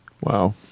Wow